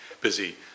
busy